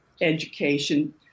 education